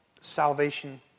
salvation